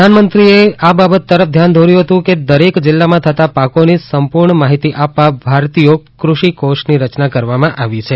પ્રધાનમંત્રીએ બાબત તરફ ધ્યાન દોર્યું હતું કે દરેક જિલ્લામાં થતા પાકોની સંપૂર્ણ માહિતી આપતા ભારતીયો કૃષિ કોષની રચના કરવામાં આવી છે